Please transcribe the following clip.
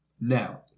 Now